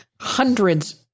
hundreds